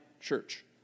church